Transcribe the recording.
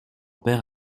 perd